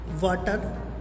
water